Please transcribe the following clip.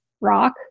rock